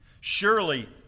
Surely